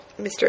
Mr